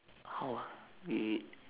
how ah wait wait wait